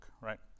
right